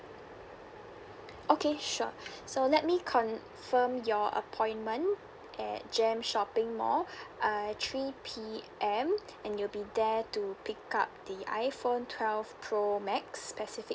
okay sure so let me confirm your appointment at JEM shopping mall uh three P_M and you'll be there to pick up the iphone twelve pro max pacific